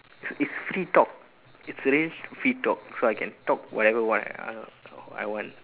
it's it's free talk it's really free talk so I can talk whatever what uh I want